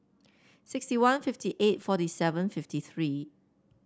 sixty one fifty eight forty seven fifty three